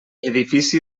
edifici